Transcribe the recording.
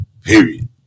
Period